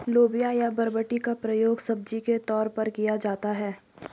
लोबिया या बरबटी का प्रयोग सब्जी के तौर पर किया जाता है